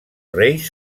reis